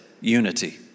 Unity